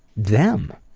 them.